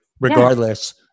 Regardless